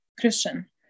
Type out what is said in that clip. Christian